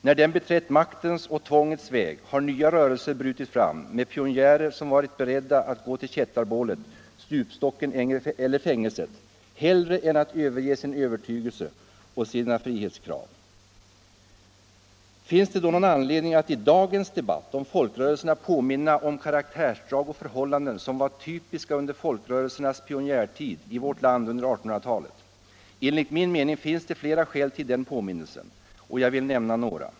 När den beträtt maktens och tvångets väg har nya rörelser brutit fram med pionjärer som varit beredda att gå till kättarbålet, stupstocken eller fängelset hellre än att överge sin övertygelse och sina frihetskrav. Finns det då någon anledning att i dagens debatt om folkrörelserna påminna om karaktärsdrag och förhållanden som var typiska under folkrörelsernas pionjärtid i vårt land under 1800-talet? Enligt min mening finns det flera skäl att göra en sådan påminnelse. Jag vill nämna några.